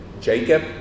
Jacob